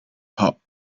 pot